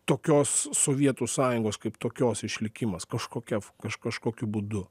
tokios sovietų sąjungos kaip tokios išlikimas kažkokia kaž kažkokiu būdu